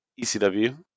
ECW